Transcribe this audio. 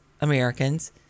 Americans